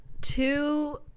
Two